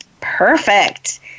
Perfect